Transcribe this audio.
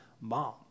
mom